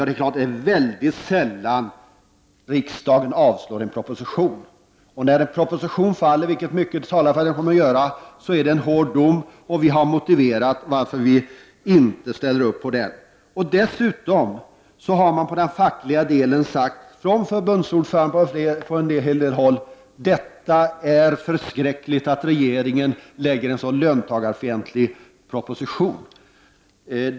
Det är sällan riksdagen avslår en proposition. När denna proposition faller, vilket mycket talar för att den kommer att göra, är det en hård dom. Vi har motiverat varför vi inte ställer upp på propositionen. Dessutom har man från den fackliga delen sagt, från förbundsordförande och en del andra håll, att det är förskräckligt att regeringen framlägger en så löntagarfientlig proposition.